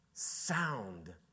Sound